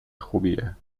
خوبیه